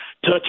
Touch